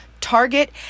Target